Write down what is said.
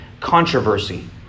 controversy